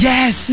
Yes